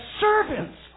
servants